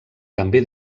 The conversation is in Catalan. també